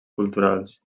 culturals